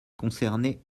concernait